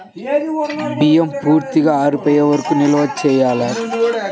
బియ్యం పూర్తిగా ఆరిపోయే వరకు నిల్వ చేయాలా?